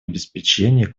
обеспечении